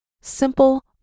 simple